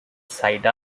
side